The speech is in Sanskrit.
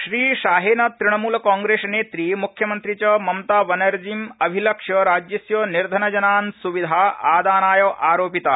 श्रीशाहेन तुणमूल कांप्रेस नेत्री मुख्यमंत्री च ममता बनर्जी वर्या राज्यस्य निर्धन जनान सुविधा अदानाय आरोपिता